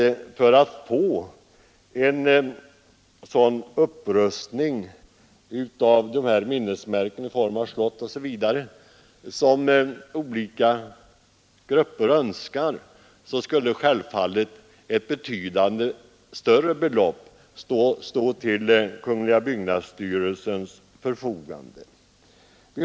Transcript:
För att få en sådan upprustning av dessa minnesmärken i form av slott som olika grupper önskar måste självfallet ett betydligt större belopp stå till byggnadsstyrelsens förfogande.